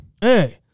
hey